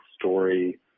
story